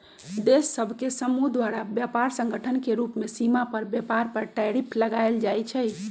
देश सभ के समूह द्वारा व्यापार संगठन के रूप में सीमा पार व्यापार पर टैरिफ लगायल जाइ छइ